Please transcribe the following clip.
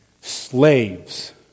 slaves